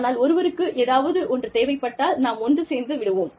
ஆனால் ஒருவருக்கு ஏதாவது ஒன்று தேவைப்பட்டால் நாம் ஒன்று சேர்ந்து விடுவோம்